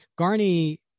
Garney